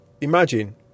imagine